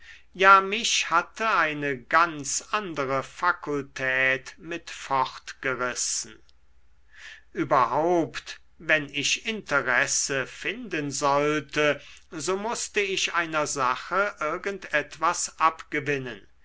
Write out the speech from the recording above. ja mich hatte eine ganz andere fakultät mit fortgerissen überhaupt wenn ich interesse finden sollte so mußte ich einer sache irgend etwas abgewinnen